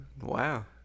Wow